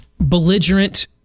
belligerent